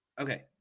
Okay